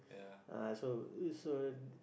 ah so so